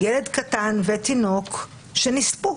ילד קטן ותינוק, שנספו.